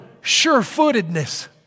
sure-footedness